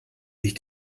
ich